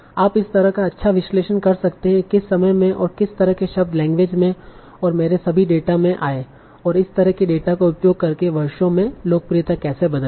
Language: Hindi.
आप इस तरह का अच्छा विश्लेषण कर सकते हैं कि किस समय में और किस तरह के शब्द लैंग्वेज में और मेरे सभी डेटा में आये और इस तरह के डेटा का उपयोग करके वर्षों में लोकप्रियता कैसे बदल गई